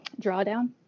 Drawdown